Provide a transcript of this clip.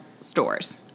stores